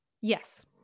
Yes